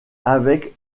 avec